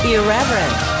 Irreverent